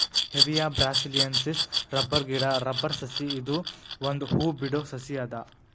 Hevea brasiliensis rubber ಗಿಡಾ rubber ಸಸಿ ಇದು ಒಂದ್ ಹೂ ಬಿಡೋ ಸಸಿ ಅದ